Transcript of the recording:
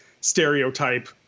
stereotype